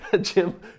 Jim